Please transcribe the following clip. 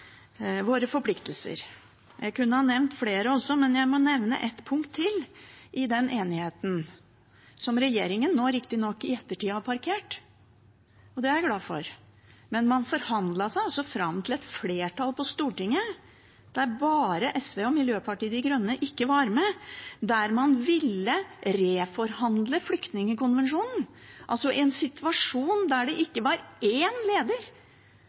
våre forpliktelser. Jeg kunne ha nevnt flere også, men jeg må nevne ett punkt til i den enigheten, som regjeringen riktignok i ettertid har parkert. Det er jeg glad for, men man forhandlet seg altså fram til en flertallsbeslutning på Stortinget – bare SV og Miljøpartiet De Grønne var ikke med på det – der man ville reforhandle flyktningkonvensjonen, i en situasjon der det ikke var én leder